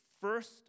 first